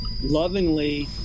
lovingly